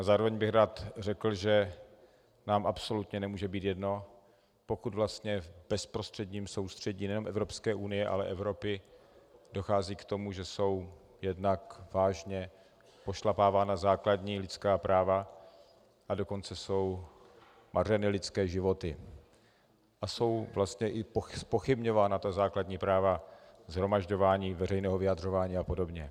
Zároveň bych rád řekl, že nám absolutně nemůže být jedno, pokud vlastně v bezprostředním sousedství nejen Evropské unie, ale i Evropy dochází k tomu, že jsou jednak vážně pošlapávána základní lidská práva, a dokonce jsou mařeny lidské životy a jsou vlastně i zpochybňována základní práva shromažďování, veřejného vyjadřování apod.